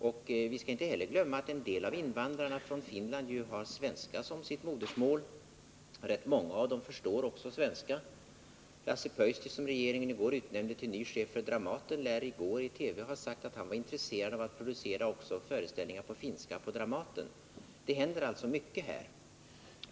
Och vi skall inte heller glömma att en del av invandrarna från Finland ju har svenska som sitt modersmål, och över huvud taget förstår rätt många av invandrarna därifrån svenska. Lasse Pöysti, som regeringen i går utnämnde till ny chef för Dramaten, lär samma dag i TV ha sagt att han var intresserad av att producera också föreställningar på finska på Dramaten. Det händer alltså mycket här.